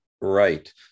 Right